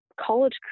college